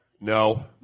No